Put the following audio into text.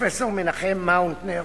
פרופסור מנחם מאוטנר,